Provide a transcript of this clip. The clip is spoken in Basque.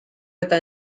eta